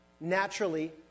naturally